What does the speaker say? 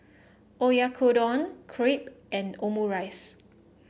Oyakodon Crepe and Omurice